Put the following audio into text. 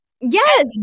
yes